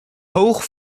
hoog